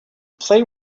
play